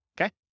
okay